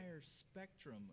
spectrum